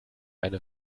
eine